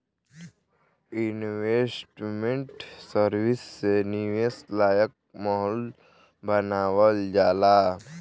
investment service से निवेश लायक माहौल बानावल जाला